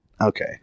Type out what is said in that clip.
Okay